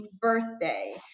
birthday